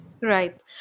Right